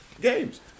games